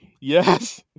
Yes